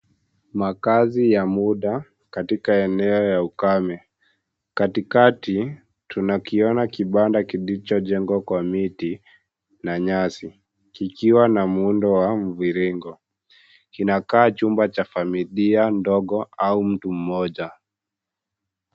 Makaazi ya muda katika eneo la ukame, katikati tunakiona kibanda kilichojengwa kwa miti na nyasi kikiwa na muundo wa mviringo kina kaa chumba cha familia ndogo au mtu mmoja.